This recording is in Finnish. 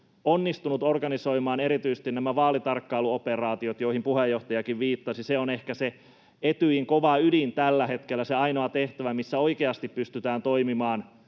onnistunut organisoimaan erityisesti nämä vaalitarkkailuoperaatiot, joihin puheenjohtajakin viittasi. Se on ehkä se Etyjin kova ydin tällä hetkellä, se ainoa tehtävä, missä oikeasti pystytään toimimaan